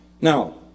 Now